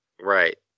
Right